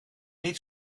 niet